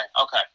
okay